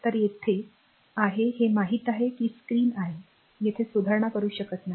तर हे येथे आहे हे माहित आहे की ही स्क्रीन आहे येथे सुधारणा करू शकत नाही